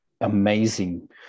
amazing